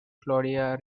claudia